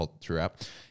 throughout